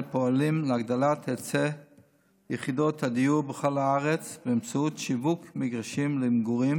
פועלים להגדלת היצע יחידות הדיור בכל הארץ באמצעות שיווק מגרשים למגורים